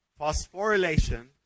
phosphorylation